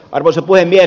arvoisa puhemies